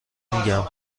میگم